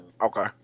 okay